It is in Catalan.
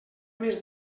més